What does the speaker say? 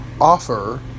offer